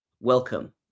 welcome